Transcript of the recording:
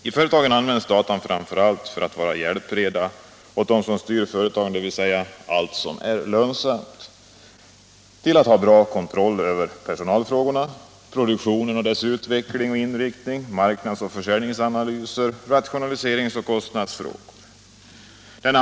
I företagen används datan framför allt som en hjälpreda åt dem som styr företagen, den är inriktad på allt som är lönsamt: en bra kontroll över personalfrågorna, produktionens utveckling och inriktning, marknadsoch försäljningsanalyser, rationaliseringsoch kostnadsfrågor etc.